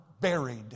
buried